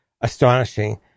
astonishing